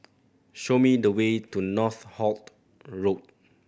show me the way to Northolt Road